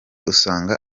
usanga